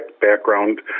background